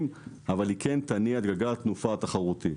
אבל היא כן תניע את גלגל התנופה התחרותי.